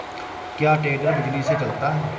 क्या टेडर बिजली से चलता है?